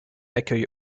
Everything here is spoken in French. accueille